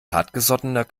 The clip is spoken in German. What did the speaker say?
hartgesottener